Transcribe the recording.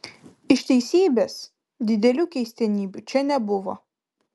iš teisybės didelių keistenybių čia nebuvo